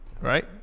Right